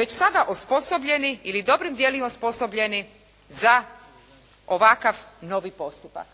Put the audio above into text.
već sada osposobljeni ili dobrim dijelom osposobljeni za ovakav novi postupak.